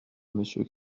monsieur